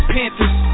Panthers